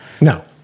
No